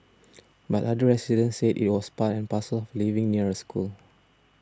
but other residents said it was part and parcel of living near a school